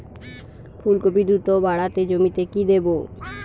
ফুলকপি দ্রুত বাড়াতে জমিতে কি দেবো?